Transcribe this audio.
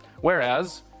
Whereas